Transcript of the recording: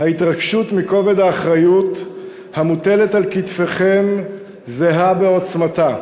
ההתרגשות מכובד האחריות המוטלת על כתפיכם זהה בעוצמתה,